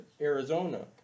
Arizona